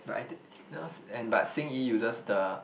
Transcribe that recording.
but I think and but Xing-Yi uses the